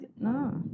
No